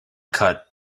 cut